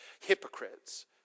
hypocrites